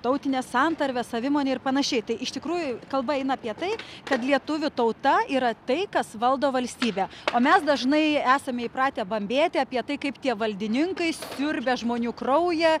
tautinę santarvę savimonę ir panašiai tai iš tikrųjų kalba eina apie tai kad lietuvių tauta yra tai kas valdo valstybę o mes dažnai esame įpratę bambėti apie tai kaip tie valdininkai siurbia žmonių kraują